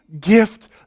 gift